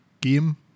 game